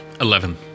Eleven